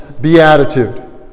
beatitude